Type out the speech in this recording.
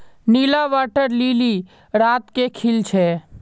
नीला water lily रात के खिल छे